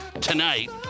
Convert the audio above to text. tonight